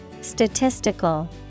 Statistical